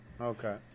Okay